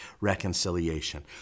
reconciliation